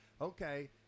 Okay